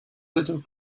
little